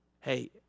Hey